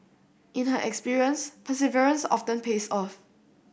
in her experience perseverance often pays off